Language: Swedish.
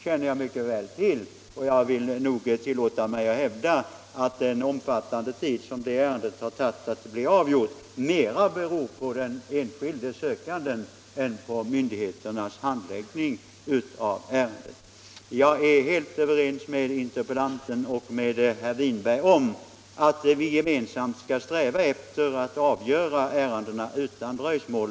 Att det har tagit så lång tid att få det ärendet avgjort beror — det tillåter jag mig att hävda - mera på sökanden än på myndigheternas handläggning av ärendet. Jag är helt överens med interpellanten och med herr Winberg om att vi gemensamt skall sträva efter att avgöra ärendena utan dröjsmål.